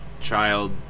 child